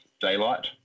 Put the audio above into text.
daylight